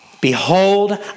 behold